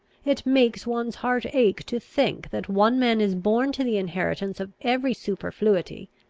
it makes one's heart ache to think, that one man is born to the inheritance of every superfluity,